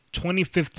2015